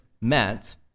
meant